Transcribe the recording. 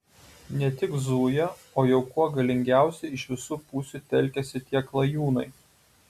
ne tik zuja o jau kuo galingiausiai iš visų pusių telkiasi tie klajūnai